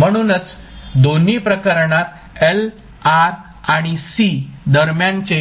म्हणूनच दोन्ही प्रकरणात L R आणि C दरम्यानचे